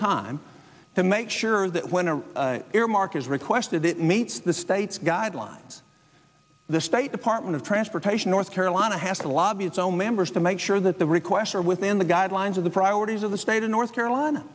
time to make sure that when an earmark is requested it meets the state's guidelines the state department of transportation north carolina has to lobby its own members to make sure that the requests are within the guidelines of the priorities of the state of north carolina